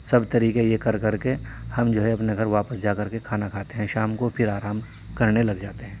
سب طریقے یہ کر کر کے ہم جو ہے اپنے گھر واپس جا کر کے کھانا کھاتے ہیں شام کو پھر آرام کرنے لگ جاتے ہیں